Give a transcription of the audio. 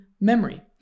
memory